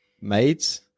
maids